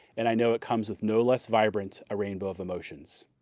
and i know it comes with no less vibrant a rainbow of emotions.